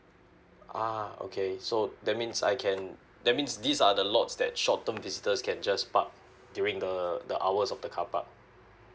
ah okay so that means I can that means these are the lots that short term visitors can just park during the the hours of the carpark